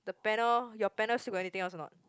the panel your panel still got anything else or not